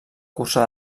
cursa